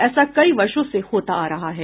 ऐसा कई वर्षों से होता आ रहा है